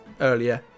earlier